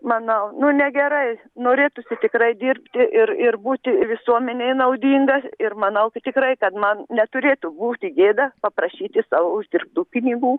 manau nu negerai norėtųsi tikrai dirbti ir ir būti visuomenei naudinga ir manau tikrai kad man neturėtų būti gėda paprašyti savo uždirbtų pinigų